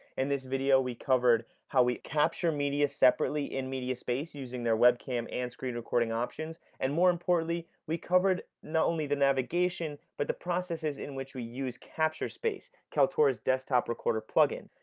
in this video we covered how we capture media separately in mediaspace using their webcam and screen recording options, and more importantly we covered not only the navigation, but the processes in which we use capturespace. kaltura's desktop recorded plugin.